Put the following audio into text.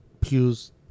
Pews